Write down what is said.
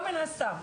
לא מן הסתם.